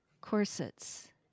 corsets